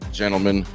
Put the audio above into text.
gentlemen